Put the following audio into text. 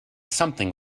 something